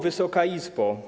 Wysoka Izbo!